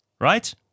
right